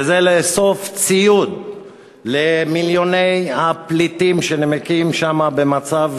וזה לאסוף ציוד למיליוני הפליטים שנמקים שם במצב